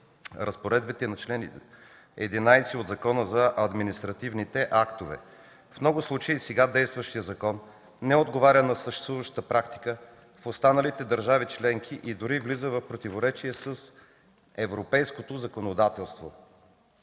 разпоредбите на чл. 11 от Закона за административните актове. В много случаи сега действащият закон не отговаря на съществуващата практика в останалите държави членки и дори влиза в противоречие с европейското законодателство.